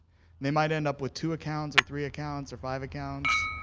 they might end up with two accounts or three accounts or five accounts.